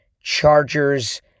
Chargers